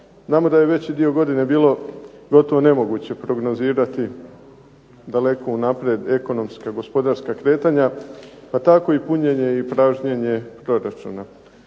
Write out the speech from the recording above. Znamo da je veće dio godine bilo gotovo nemoguće prognozirati daleko unaprijed ekonomska i gospodarska kretanja pa tako i punjenje i pražnjenje proračuna.